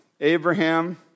Abraham